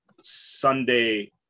Sunday